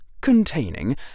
containing